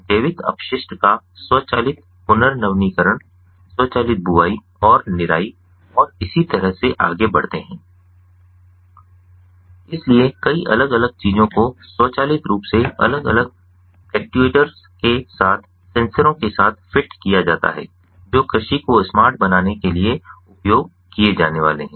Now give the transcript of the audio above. जैविक अपशिष्ट का स्वचालित पुनर्नवीनीकरण स्वचालित बुवाई और निराई और इसी तरह से आगे बढ़ते हैं इसलिए कई अलग अलग चीजों को स्वचालित रूप से अलग अलग एक्ट्यूएटर्स के साथ सेंसरों के साथ फिट किया जाता है जो कृषि को स्मार्ट बनाने के लिए उपयोग किए जाने वाले हैं